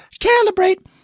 Calibrate